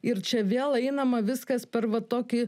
ir čia vėl einama viskas per va tokį